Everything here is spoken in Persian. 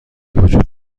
وجود